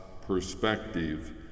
perspective